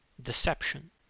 Deception